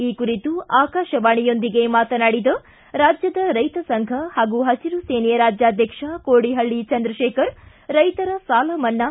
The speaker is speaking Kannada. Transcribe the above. ಈ ಕುರಿತು ಆಕಾಶವಾಣಿಯೊಂದಿಗೆ ಮಾತನಾಡಿದ ರಾಜ್ಯದ ರೈತ ಸಂಘ ಹಾಗೂ ಹಸಿರು ಸೇನೆ ರಾಜ್ಯಾಧ್ಯಕ್ಷ ಕೋಡಿಹಲ್ಲ ಚಂದ್ರಶೇಖರ್ ರೈತರ ಸಾಲಮನ್ನಾ